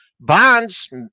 Bonds